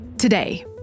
Today